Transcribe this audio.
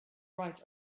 right